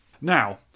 Now